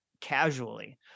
casually